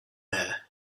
hair